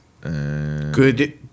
Good